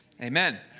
Amen